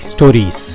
Stories